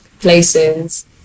places